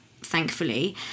thankfully